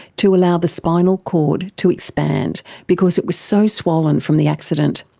to allow the spinal cord to expand because it was so swollen from the accident.